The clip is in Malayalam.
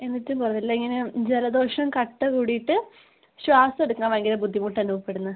എന്നിട്ടും കുറവില്ല ഇങ്ങനെ ജലദോഷം കട്ട കൂടിയിട്ട് ശ്വാസം എടുക്കാൻ ഭയങ്കര ബുദ്ധിമുട്ട് അനുഭവപ്പെടുന്നു